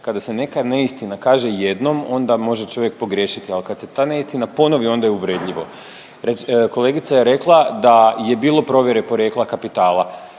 kada se neka neistina kaže jednom onda može čovjek pogriješiti, al kad se ta neistina ponovi onda je uvredljivo. Kolegica je rekla da je bilo provjere porijekla kapitala,